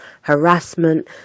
harassment